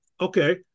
Okay